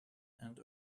and